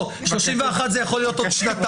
לא, 31 זה יכול להיות עוד שנתיים.